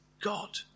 God